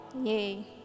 Yay